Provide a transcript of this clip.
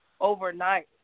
overnight